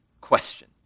question